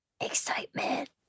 excitement